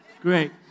Great